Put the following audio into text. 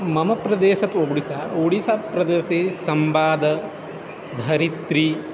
मम प्रदेशः तु ओडिसा ओडिसाप्रदेशे संवाद धरित्री